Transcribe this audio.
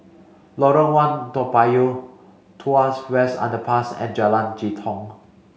Lorong One Toa Payoh Tuas West Underpass and Jalan Jitong